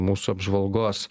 mūsų apžvalgos